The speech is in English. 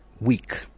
week